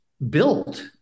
built